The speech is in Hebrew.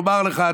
לומר לך,